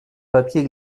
papier